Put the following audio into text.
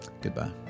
Goodbye